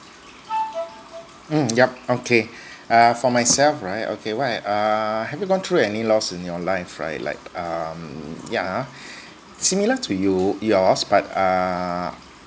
mm yup okay uh for myself right okay what I err have you gone through any loss in your life right like err yeah similar to you yours but uh